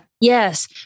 Yes